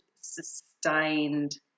sustained